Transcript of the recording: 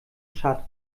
tschad